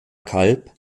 kalb